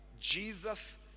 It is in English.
Jesus